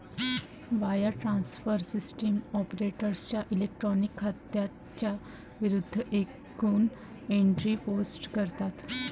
wire transfer system ऑपरेटरच्या electronic खात्यांच्या विरूद्ध एकूण एंट्री पोस्ट करतात